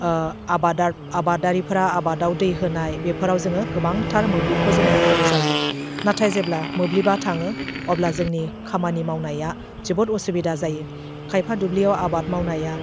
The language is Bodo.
आबादा आबादारिफोरा आबादाव दै होनाय बेफोराव जोङो गोबांथार मोब्लिबखौ जोङो नांगौ जायो नाथाय जेब्ला मोब्लिबा थाङो अब्ला जोंनि खामानि मावनाया जोबोद उसुबिदा जायो खायफा दुब्लियाव आबाद मावनाया